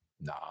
no